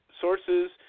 sources